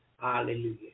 Hallelujah